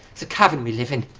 it's a cavern we live in.